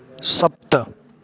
सप्त